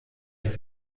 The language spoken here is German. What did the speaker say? ist